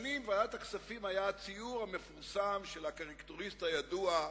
שנים בוועדת הכספים היה הציור המפורסם של הקריקטוריסט הידוע,